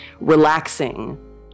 relaxing